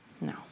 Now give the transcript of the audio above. No